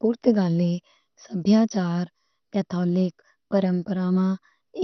پرتگال دا سبھیاچار کیتھولک پرمپراواں،